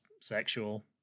sexual